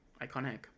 iconic